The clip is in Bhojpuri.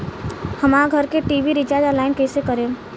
हमार घर के टी.वी रीचार्ज ऑनलाइन कैसे करेम?